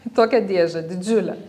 į tokią dėžę didžiulę